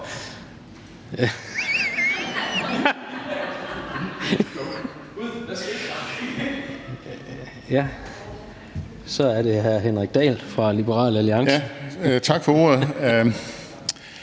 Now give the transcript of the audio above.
Så er det hr. Henrik Dahl fra Liberal Alliance. Kl.